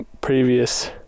previous